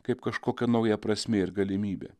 kaip kažkokia nauja prasmė ir galimybė